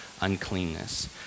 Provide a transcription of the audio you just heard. uncleanness